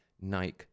nike